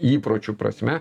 įpročių prasme